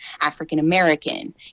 African-American